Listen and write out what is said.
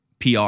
PR